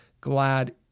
glad